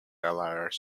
delaware